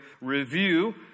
review